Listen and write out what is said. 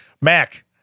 Mac